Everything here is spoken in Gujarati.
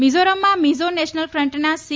મિઝોરમમાં મિઝો નેશનલ ફ્રન્ટના સી